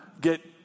get